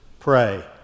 pray